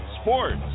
Sports